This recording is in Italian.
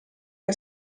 che